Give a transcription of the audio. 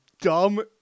dumb